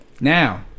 now